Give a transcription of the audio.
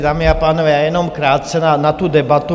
Dámy a pánové, jenom krátce na tu debatu.